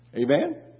Amen